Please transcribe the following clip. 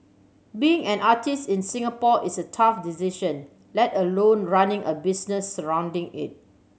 being an artist in Singapore is a tough decision let alone running a business surrounding it